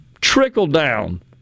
trickle-down